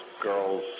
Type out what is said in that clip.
girls